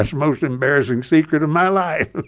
most embarrassing secret of my life